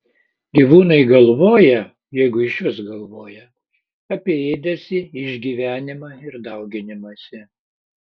gyvūnai galvoja jeigu išvis galvoja apie ėdesį išgyvenimą ir dauginimąsi